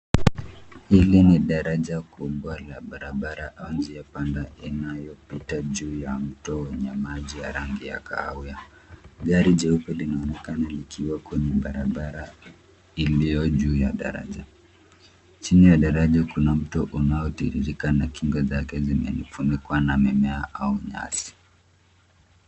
Hili ni daraja kubwa la barabara au njia panda linalo pita juu ya mto wenye maji ya rangi ya kahawia. Gari jeupe linaonekana likiwa kwenye barabara iliyo juu ya daraja. Chini ya daraja kuna mto unao tiririka na kingo zake zimefunikwa na mimea au nyasi.